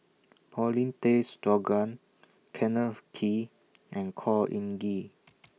Paulin Tay Straughan Kenneth Kee and Khor Ean Ghee